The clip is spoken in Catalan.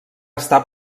està